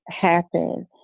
happen